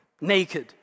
Naked